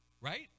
right